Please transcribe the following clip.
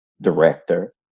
director